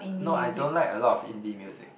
no I don't like a lot of indie music